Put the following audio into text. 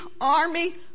army